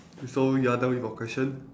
so you're done with your question